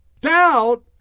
Doubt